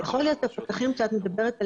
יכול להיות שהפקחים שאת מדברת עליהם,